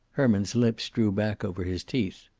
herman's lips drew back over his teeth.